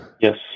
yes